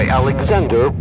alexander